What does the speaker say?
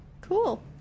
Cool